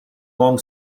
long